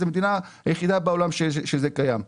זו המדינה היחידה בעולם שזה קיים.